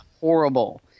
horrible